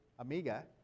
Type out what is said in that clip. Amiga